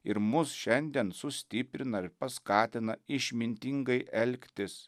ir mus šiandien sustiprina ir paskatina išmintingai elgtis